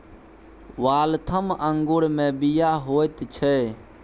Waltham अंगूरमे बीया होइत छै